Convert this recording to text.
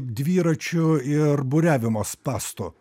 dviračių ir buriavimo spąstų